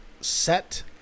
set